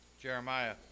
Jeremiah